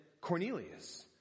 Cornelius